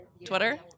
Twitter